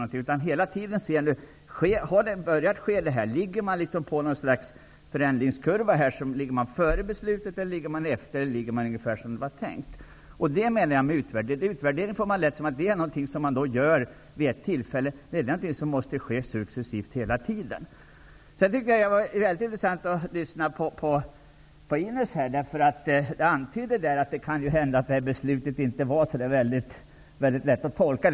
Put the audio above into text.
Man måste hela tiden iaktta vad som sker, om utvecklingen följer en förändringskurva, om man ligger före eller efter beslutet eller ungefär som det var tänkt. Det är vad jag menar med utvärdering. En utvärdering är ofta någonting som görs vid ett bestämt tillfälle. Men utvärdering måste ske successivt, hela tiden. Det var intressant att lyssna på Ines Uusmann. Hon antydde att beslutet kanske inte var så lätt att tolka.